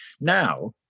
now